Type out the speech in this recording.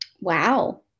wow